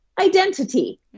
identity